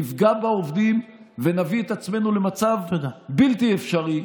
נפגע בעובדים ונביא את עצמנו למצב בלתי אפשרי,